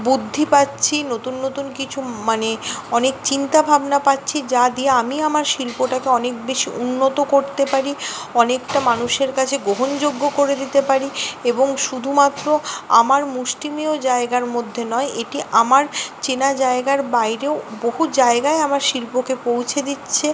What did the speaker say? বুদ্ধি পাচ্ছি নতুন নতুন কিছু মানে অনেক চিন্তা ভাবনা পাচ্ছি যা দিয়ে আমি আমার শিল্পটাকে অনেক বেশ উন্নত করতে পারি অনেকটা মানুষের কাছে গ্রহণযোগ্য করে দিতে পারি এবং শুধুমাত্র আমার মুষ্টিমেয় জায়গার মধ্যে নয় এটি আমার চেনা জায়গার বাইরেও বহু জায়গায় আমার শিল্পকে পৌঁছে দিচ্ছে